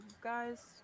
guys